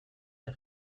der